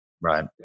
Right